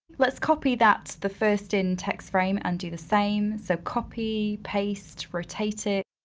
let's copy that the first in text frame and do the same. so copy, paste, rotate it,